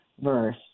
verse